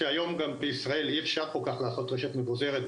היום בישראל לא ניתן כל כך לעשות רשת מבוזרת,